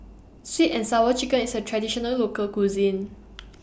Sweet and Sour Chicken IS A Traditional Local Cuisine